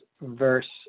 verse